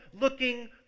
looking